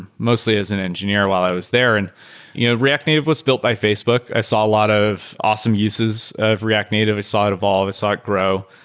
mostly as an engineer while i was there. and you know react native was built by facebook. i saw a lot of awesome uses of react native. i saw it evolve. i saw it grow.